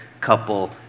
couple